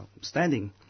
standing